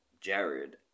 Jared